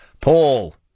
Paul